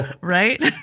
right